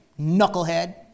knucklehead